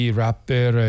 rapper